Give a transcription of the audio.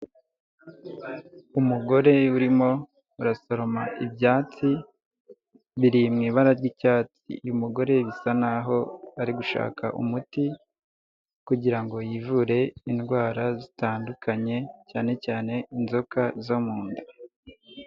Umugore urimo arasoroma ibyatsi biri mu ibara ry'icyatsi uyu umugore bisa nk'aho ari gushaka umuti kugira ngo yivure indwara zitandukanye cyane cyane inzoka zo mu nda.